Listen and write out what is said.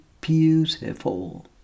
beautiful